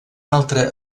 altre